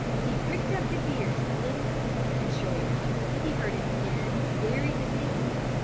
he pricked up his ears to listen and sure enough he heard it again very distinctly,